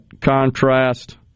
contrast